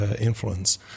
influence